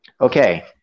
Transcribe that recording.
Okay